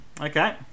okay